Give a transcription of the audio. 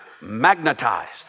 magnetized